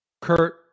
Kurt